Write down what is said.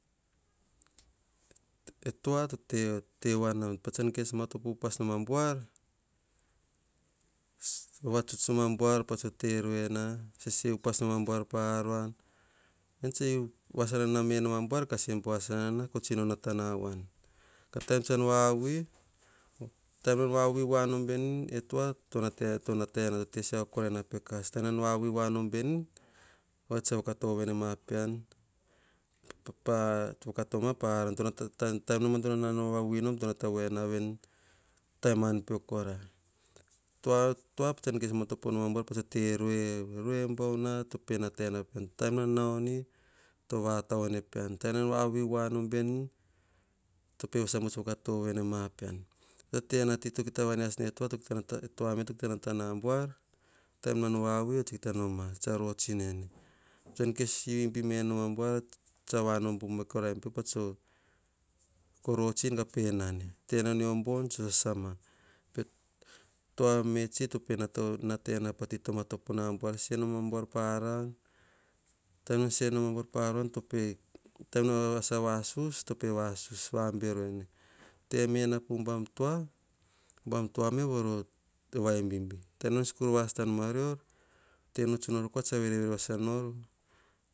E toa tete te vano, patsan kes mato upas nom a buar, vavatuts am buar pa tate ruena, sese upas ma buar pa roan, en tsi vasasa no menom a bara kasim po sana kotsino na tana van. Ka taten vavi, teno vavi vanom veni e toa, tona te tona te na te sa koen a pekas. Te nanao venom veni, vatsoe ka to bena e ma pean, papa to katoma paran tono tantan nomom to no nano vavi nom tono to va voa veni, taim man pekuara. Toa-toa pete kes ma to pono ubar pate rue, ruem vouna topena tena pean. Taim nanao ni, tova ta vane pean, tena vavi voa nom veni, to peo samoso ga to vene ma pean. Tate nati to kita vanas ne toa to e toa me to kita na buar, taim nonao vavir, tsi te noma, tsa ro tsi nene. Tsuan kesi vi meno a buar, tsa va nom vu ma koraim papa tso, koro tsin a penane. Tena nio von sasama, toa me tsi topena to nate na pate toma to pona voa se nom a buar para, taim voa se nom a buar paruan tope, taim na vasa vasus tope vasus voa bereni. Tem en na pubam toa, bam toa me voro vaim vimvi. Tenos skul vas ten marior, te nao tsu nor a kua tsa verevere vas anor